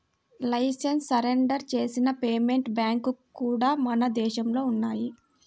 licence surrender చేసిన payment బ్యాంక్లు కూడా మన దేశంలో ఉన్నయ్యి